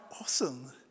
awesome